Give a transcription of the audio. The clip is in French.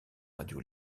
radio